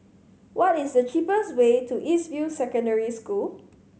what is the cheapest way to East View Secondary School